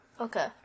Okay